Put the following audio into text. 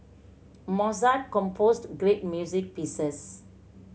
Mozart composed great music pieces